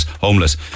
homeless